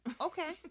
Okay